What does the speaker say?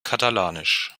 katalanisch